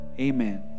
Amen